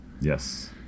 Yes